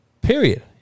Period